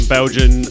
Belgian